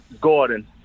Gordon